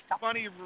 Funny